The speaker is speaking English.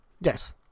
Yes